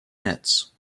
nets